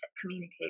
communicate